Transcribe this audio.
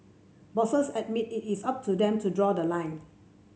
bosses admitted it is up to them to draw the line